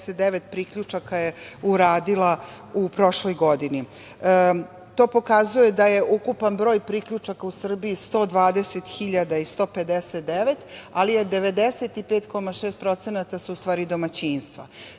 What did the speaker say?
priključaka je uradila u prošloj godini. To pokazuje da je ukupan broj priključaka u Srbiji 120.159, ali su 95,6% domaćinstva. Šta